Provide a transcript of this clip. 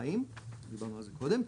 2, דיברנו על זה קודם.